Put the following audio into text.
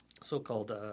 so-called